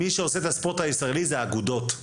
מי שעושה את הספורט הישראלי אלה האגודות,